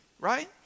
right